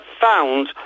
found